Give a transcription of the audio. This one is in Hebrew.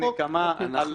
אני מבקש,